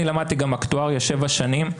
אני למדתי גם אקטואריה שבע שנים,